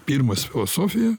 pirmas filosofija